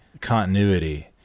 continuity